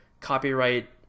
copyright